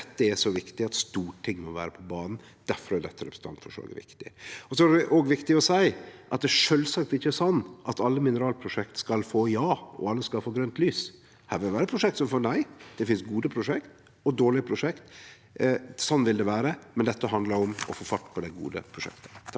Dette er så viktig at Stortinget må vere på banen. Derfor er dette representantforslaget viktig. Det er òg viktig å seie at det sjølvsagt ikkje er sånn at alle mineralprosjekt skal få ja, og at alle skal få grønt lys. Her vil det vere prosjekt som får nei. Det finst gode prosjekt og dårlege prosjekt. Sånn vil det vere, men dette handlar om å få fart på dei gode prosjekta.